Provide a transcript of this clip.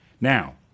Now